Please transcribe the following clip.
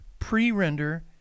Pre-render